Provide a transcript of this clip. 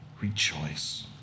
Rejoice